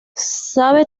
sabe